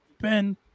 Ben